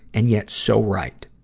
and yet so right.